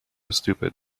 stupid